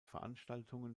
veranstaltungen